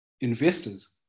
investors